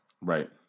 Right